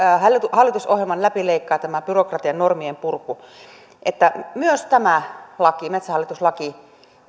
hallitusohjelman läpi leikkaa tämä byrokratianormien purku niin myös tämä laki metsähallitus laki